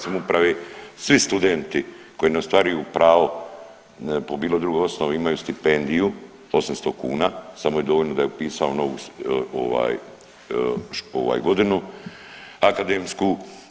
Svi studenti koji ne ostvaruju pravo po bilo drugoj osnovi imaju stipendiju 800 kuna, samo je dovoljno da je upisao novu godinu akademsku.